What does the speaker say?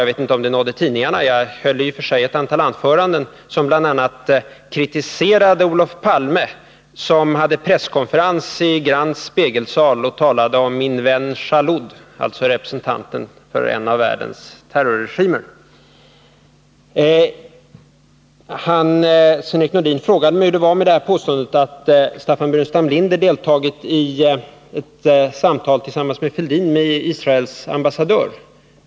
Jag vet inte om det nådde tidningarna, men jag kan nämna att jag höll ett antal anföranden där jag bl.a. kritiserade Olof Palme, som hade en presskonferens i Grands spegelsal och talade om ”min vän Jalloud”, alltså representanten för en av världens terrorregimer. Sven-Erik Nordin frågade mig hur det var med påståendet att Staffan Burenstam Linder deltagit i ett samtal tillsammans med statsminister Fälldin med Israels ambassadör.